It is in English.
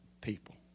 people